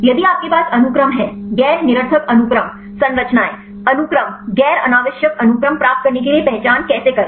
यदि आपके पास अनुक्रम है गैर निरर्थक अनुक्रम संरचनाएं अनुक्रम गैर अनावश्यक अनुक्रम प्राप्त करने के लिए पहचान कैसे करे